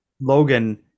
Logan